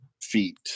feet